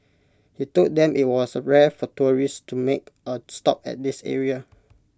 he told them IT was rare for tourists to make A stop at this area